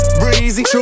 breezy